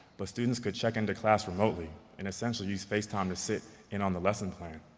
but students could check into class remotely and essentially use facetime to sit in on the lesson plan.